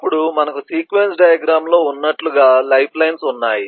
అప్పుడు మనకు sequence diagram లో ఉన్నట్లుగా లైఫ్లైన్స్ ఉన్నాయి